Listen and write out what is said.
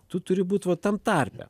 tu turi būt va tam tarpe